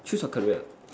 choose your career